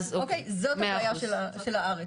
זאת הבעיה של הארץ.